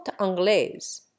anglaise